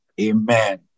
amen